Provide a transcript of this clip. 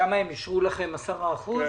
שם הם אישרו לכם 10%?